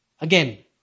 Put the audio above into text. Again